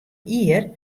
jier